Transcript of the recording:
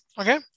Okay